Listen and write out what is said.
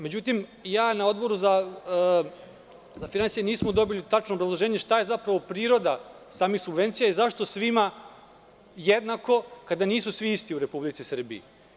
Međutim na Odboru za finansije nismo dobili tačno obrazloženje šta je zapravo priroda same subvencije i zašto svima jednako kada nisu svi isti u Republici Srbiji?